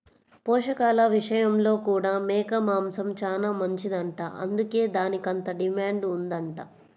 పోషకాల విషయంలో కూడా మేక మాంసం చానా మంచిదంట, అందుకే దానికంత డిమాండ్ ఉందంట